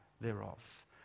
thereof